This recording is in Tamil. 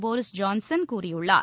போரிஸ் ஜான்சன் கூறியுள்ளார்